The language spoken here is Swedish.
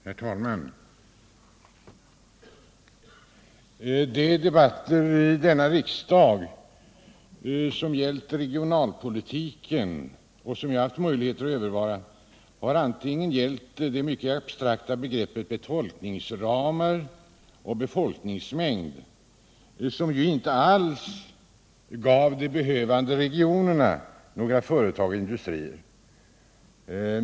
Herr talman! De debatter i denna riksdag som har gällt regionalpolitiken och som jag har haft möjligheter att övervara har ofta rört de abstrakta begreppen befolkningsramar och befolkningsmängd — diskussioner som inte alls gav de behövande regionerna några industrier eller andra företag.